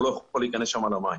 הוא לא יכול להיכנס שם למים.